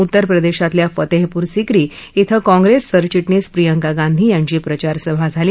उत्तरप्रदध्वतल्या फतस्पूर सिक्री कुं काँग्रेससरचिटणीस प्रियंका गांधी यांची प्रचारसभा झाली